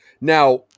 Now